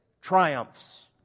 triumphs